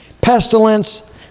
Pestilence